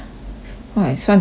!wah! 你算这样久